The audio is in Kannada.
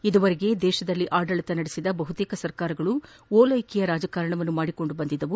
ಈವರೆಗೆ ದೇತದಲ್ಲಿ ಆಡಳಿತ ನಡೆಸಿದ ಬಹುತೇಕ ಸರ್ಕಾರಗಳು ಒಲ್ಲೆಕೆಯ ರಾಜಕಾರಣವನ್ನು ಮಾಡಿಕೊಂಡು ಬಂದಿದ್ದವು